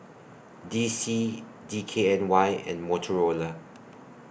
D C D K N Y and Motorola